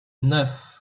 neuf